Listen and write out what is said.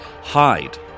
Hide